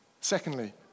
Secondly